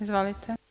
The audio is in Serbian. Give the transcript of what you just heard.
Izvolite.